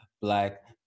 black